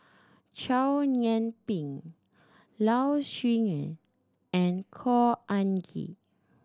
Chow Yian Ping Low Siew Nghee and Khor Ean Ghee